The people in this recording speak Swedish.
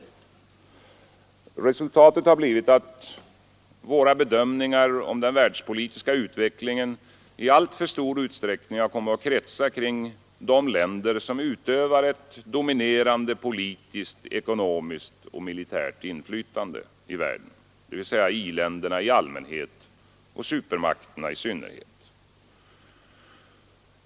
Resultatet har blivit att våra bedömningar om den världspolitiska utvecklingen i alltför stor utsträckning har kommit att kretsa kring de länder som utövar ett dominerande politiskt, ekonomiskt och militärt inflytande i världen, dvs. i-länderna i allmänhet och supermakterna i synnerhet.